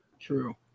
True